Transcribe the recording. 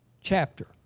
Chapter